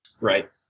Right